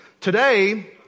today